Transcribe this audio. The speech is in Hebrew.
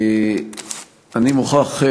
אני מוכרח,